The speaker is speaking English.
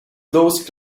those